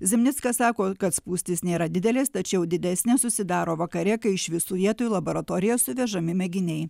zimnickas sako kad spūstys nėra didelės tačiau didesnės susidaro vakare kai iš visų vietų laboratoriją suvežami mėginiai